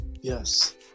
Yes